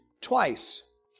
twice